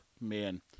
man